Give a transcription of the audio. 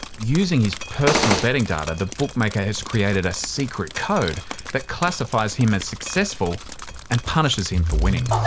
using his personal betting data, the bookmaker has created a secret code that classifies him as successful and punishes him for winning.